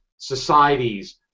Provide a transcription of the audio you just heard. Societies